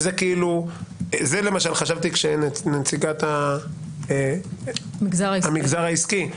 כאשר נציגת המגזר העסקי דיברה,